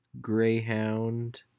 Greyhound